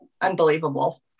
unbelievable